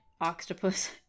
octopus